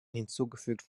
hinzugefügt